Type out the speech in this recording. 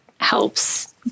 helps